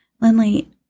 Lindley